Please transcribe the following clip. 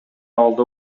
абалда